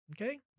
Okay